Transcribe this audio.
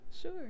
Sure